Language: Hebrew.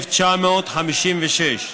התשט"ז 1956,